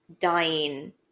dying